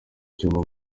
icyuma